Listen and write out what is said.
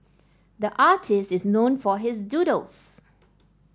the artist is known for his doodles